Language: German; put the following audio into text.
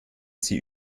sie